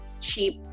cheap